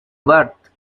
bart